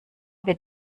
wird